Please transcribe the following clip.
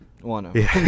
One